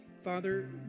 Father